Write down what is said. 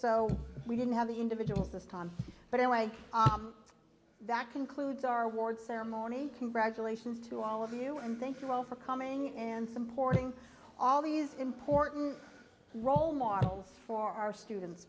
so we didn't have the individuals this time but anyway that concludes our award ceremony congratulations to all of you and thank you all for coming and supporting all these important role models for our students